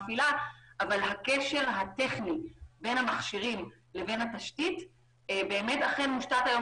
הקשר הטכני בין המכשירים לבין התשתית אכן מושתת היום